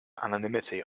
anonymity